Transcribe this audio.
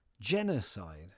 genocide